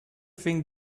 think